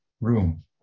room